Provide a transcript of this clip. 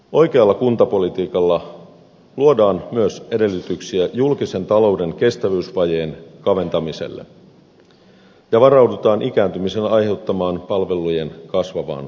oikealla kuntapolitiikalla luodaan myös edellytyksiä julkisen talouden kestävyysvajeen kaventamiselle ja varaudutaan ikääntymisen aiheuttamaan palvelujen kasvavaan kysyntään